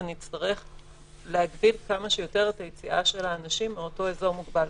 ונצטרך להגביל כמה שיותר את היציאה של האנשים מאותו אזור מוגבל,